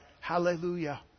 hallelujah